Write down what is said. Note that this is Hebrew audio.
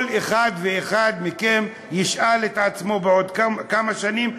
כל אחד ואחד מכם ישאל את עצמו בעוד כמה שנים,